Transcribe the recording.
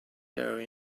there